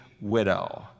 widow